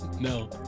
No